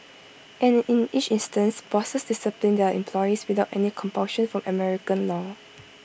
and in each instance bosses disciplined their employees without any compulsion from American law